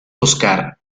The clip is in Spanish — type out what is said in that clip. óscar